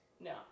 No